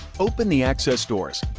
open the access doors.